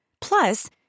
Plus